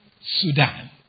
Sudan